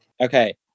Okay